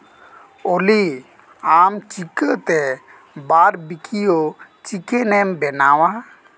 ᱳᱞᱤ ᱟᱢ ᱪᱤᱠᱟᱹᱛᱮ ᱵᱟᱨ ᱵᱤᱠᱤᱭᱳ ᱪᱤᱠᱮᱱᱮᱢ ᱵᱮᱱᱟᱣᱟ